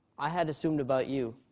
i had assumed about you.